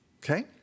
Okay